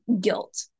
guilt